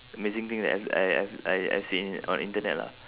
amazing thing that I have I I've seen in on the internet lah